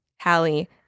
Hallie